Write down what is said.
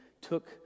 took